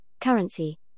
currency